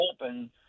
open